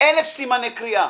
אלף סימני קריאה.